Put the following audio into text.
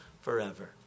forever